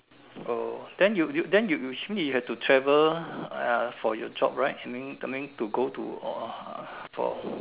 oh then you you then you you which mean you have to travel uh for your job right I mean I mean to go to uh for